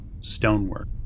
stonework